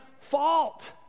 fault